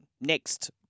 next